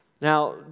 Now